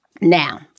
Now